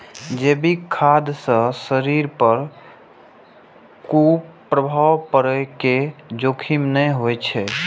जैविक खाद्य सं शरीर पर कुप्रभाव पड़ै के जोखिम नै होइ छै